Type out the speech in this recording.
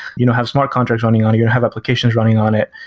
you know have smart contracts running on it. you have applications running on it.